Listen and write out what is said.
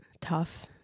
tough